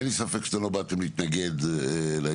אין לי ספק שלא באתם להתנגד לעניין,